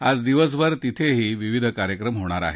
आज दिवसभर तिथंही विविध कार्यक्रम होणार आहेत